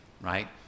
right